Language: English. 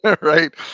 right